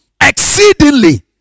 exceedingly